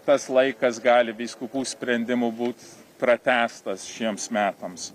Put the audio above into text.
tas laikas gali vyskupų sprendimu būt pratęstas šiems metams